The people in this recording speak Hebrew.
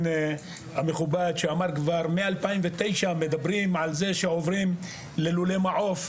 המכובד שאמר שמ-2009 מדברים על זה שעוברים ללולי מעוף,